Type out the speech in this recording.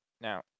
Now